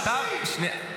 שנייה.